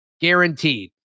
guaranteed